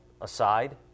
aside